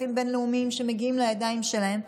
כספים בין-לאומיים שמגיעים לידיים שלהם,